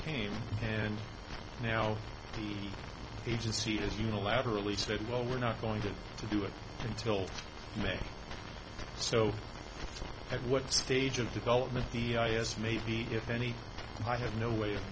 came and now the agency has unilaterally said well we're not going to do it until may so at what stage of development the yes maybe if any i have no way of